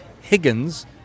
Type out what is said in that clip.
Higgins